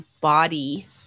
body